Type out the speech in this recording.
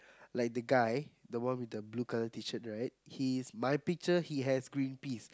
like the guy the one with the blue colour t-shirt he is my picture he has green peas